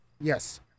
Yes